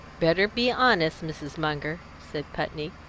better be honest, mrs. munger, said putney.